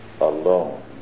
alone